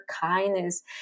kindness